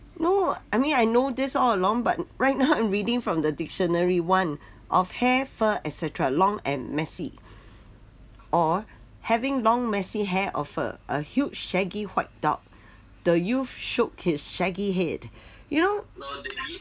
no I mean I know this all along but right now I'm reading from the dictionary [one] of hair fur et cetera long and messy or having long messy hair of a a huge shaggy white dog the youth shook his shaggy head you know